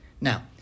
now